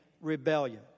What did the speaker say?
rebellion